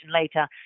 later